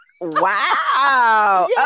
Wow